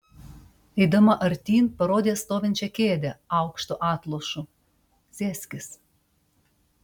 eidama artyn parodė stovinčią kėdę aukštu atlošu sėskis